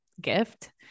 gift